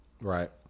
right